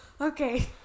Okay